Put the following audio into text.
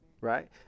Right